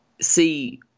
see